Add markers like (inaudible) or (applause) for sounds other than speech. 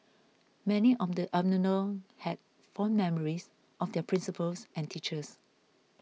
many on the (unintelligible) had fond memories of their principals and teachers